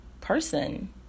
person